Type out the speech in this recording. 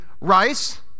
Rice